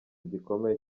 gikomeye